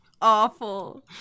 awful